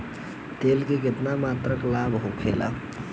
तेल के केतना मात्रा लाभ होखेला?